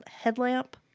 headlamp